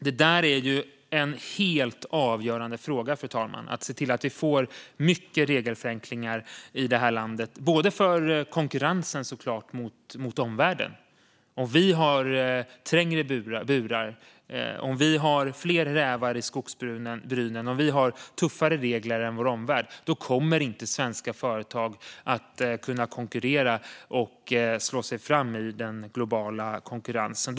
Det är en helt avgörande fråga, fru talman, att vi får mycket regelförenklingar i det här landet för konkurrensen med omvärlden. Om vi har trängre burar, fler rävar i skogsbrynen och tuffare regler än vår omvärld kommer inte svenska företag att kunna slå sig fram i den globala konkurrensen.